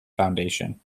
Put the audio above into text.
foundation